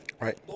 Right